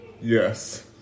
Yes